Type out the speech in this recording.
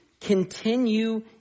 Continue